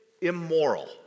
immoral